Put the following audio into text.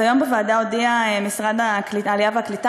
אז היום בוועדה הודיע משרד העלייה והקליטה